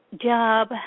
job